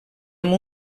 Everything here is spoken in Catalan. amb